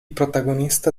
protagonista